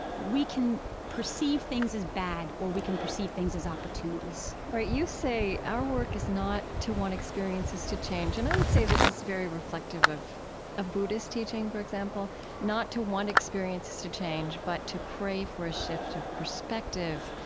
we can perceive things as bad or we can perceive things as opportunities right. you say, our work is not to want experiences to change and i would say this is very reflective of of buddhist teaching, for example not to want experiences to change, but to pray for a shift of perspective.